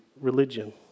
religion